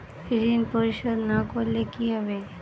ঋণ পরিশোধ না করলে কি হবে?